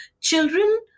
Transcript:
children